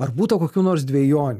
ar būta kokių nors dvejonių